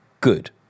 good